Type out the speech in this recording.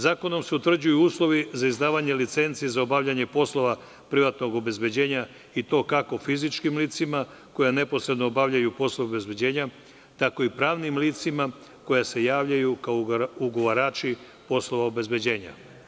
Zakonom se utvrđuju uslovi za izdavanje licenci za obavljanje poslova privatnog obezbeđenja i to kako fizičkim licima koja neposredno obavljaju poslove obezbeđenja, tako i pravnim licima koja se javljaju kao ugovarači poslova obezbeđenja.